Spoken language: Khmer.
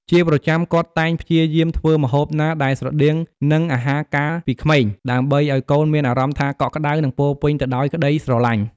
ជាប្រចាំ គាត់តែងព្យាយាមធ្វើម្ហូបណាដែលស្រដៀងនឹងអាហារការពីក្មេង ដើម្បីអោយកូនមានអារម្មណ៍ថាកក់ក្តៅនិងពោរពេញទៅដោយក្ដីស្រឡាញ់។